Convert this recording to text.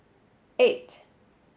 eight